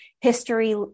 history